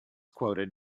quotes